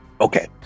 Okay